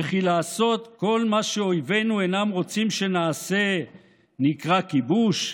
וכי לעשות כל מה שאויבינו אינם רוצים שנעשה נקרא כיבוש?